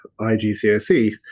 IGCSE